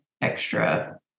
extra